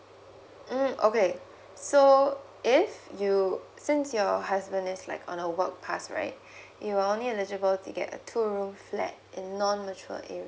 mm okay so if you since your husband is like on a work pass right you will only eligible to get like a two room flat in non mature area